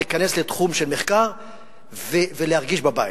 להיכנס לתחום של מחקר ולהרגיש בבית.